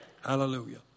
Hallelujah